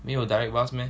没有 direct bus meh